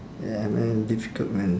ya man difficult man